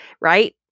Right